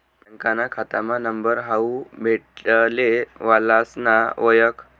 बँकाना खातामा नंबर हावू भेटले वालासना वयख